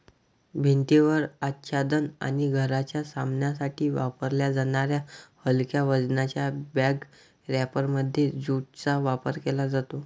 भिंतीवर आच्छादन आणि घराच्या सामानासाठी वापरल्या जाणाऱ्या हलक्या वजनाच्या बॅग रॅपरमध्ये ज्यूटचा वापर केला जातो